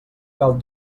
cal